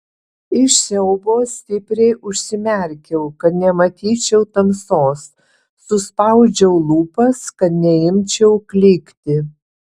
iš siaubo stipriai užsimerkiau kad nematyčiau tamsos suspaudžiau lūpas kad neimčiau klykti